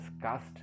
cast